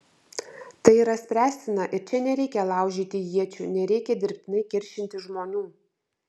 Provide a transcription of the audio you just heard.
tai yra spręstina ir čia nereikia laužyti iečių nereikia dirbtinai kiršinti žmonių